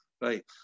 right